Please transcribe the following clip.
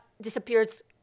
disappears